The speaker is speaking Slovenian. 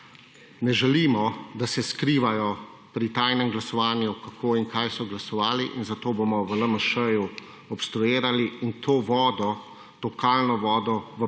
ne želimo, da se skrivajo pri tajnem glasovanju kako in kaj so glasovali in zato bomo v LMŠ obstruirali in to vodo to kalno vodo v